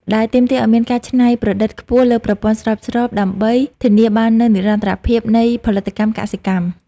ដែលទាមទារឱ្យមានការច្នៃប្រឌិតខ្ពស់លើប្រព័ន្ធស្រោចស្រពដើម្បីធានាបាននូវនិរន្តរភាពនៃផលិតកម្មកសិកម្ម។